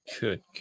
Good